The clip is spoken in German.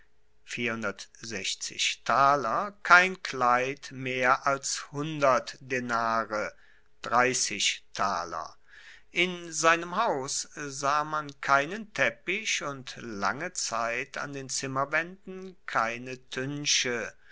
kein kleid mehr als denare in seinem haus sah man keinen teppich und lange zeit an den zimmerwaenden keine